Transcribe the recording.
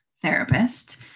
therapist